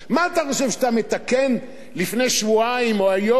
מה אתה חושב כשאתה מתקן, לפני שבועיים או היום,